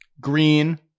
green